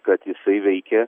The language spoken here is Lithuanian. kad jisai veikė